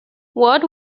ward